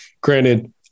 granted